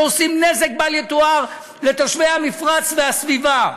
שעושים נזק בל יתואר לתושבי המפרץ והסביבה,